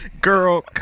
girl